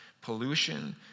Pollution